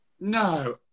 No